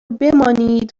بمانید